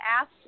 asked